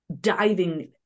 diving